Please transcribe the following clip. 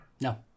No